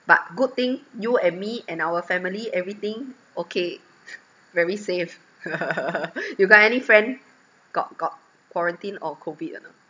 but good thing you and me and our family everything okay very safe you got any friend got got quarantine or COVID or not